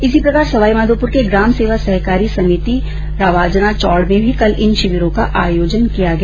इसी प्रकार सवाईमाधोपुर के ग्राम सेवा सहकारी समिति रवाजना चौड में भी कल इन शिविरों का आयोजन किया गया